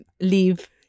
leave